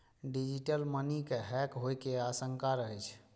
digital money के hack होइ के आशंका रहै छै